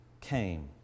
came